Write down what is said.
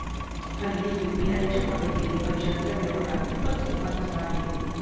हल्ली यू.पी.आय च्या मदतीने पैशांचा व्यवहार खूपच सोपा झाला आहे